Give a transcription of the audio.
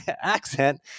accent